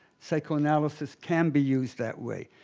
psychoanalysis can be used that way.